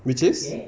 which is